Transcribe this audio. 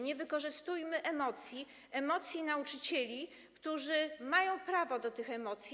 Nie wykorzystujmy emocji, emocji nauczycieli, którzy mają prawo do tych emocji.